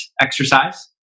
exercise